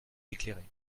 éclairés